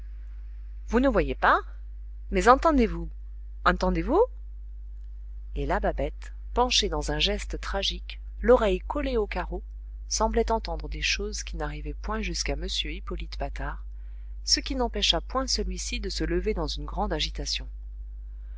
vous ne voyez pas mais entendez-vous entendez-vous et la babette penchée dans un geste tragique l'oreille collée au carreau semblait entendre des choses qui n'arrivaient point jusqu'à m hippolyte patard ce qui n'empêcha point celui-ci de se lever dans une grande agitation